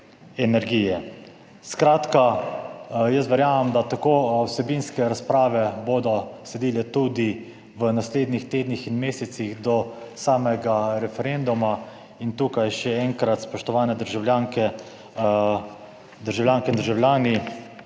energije. Skratka, verjamem, da bodo tako vsebinske razprave sledile tudi v naslednjih tednih in mesecih do samega referenduma. Tukaj še enkrat, spoštovane državljanke in državljani,